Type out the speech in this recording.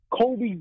Kobe